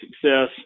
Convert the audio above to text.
success